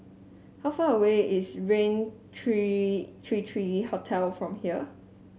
how far away is Raintr Three three three Hotel from here